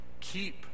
keep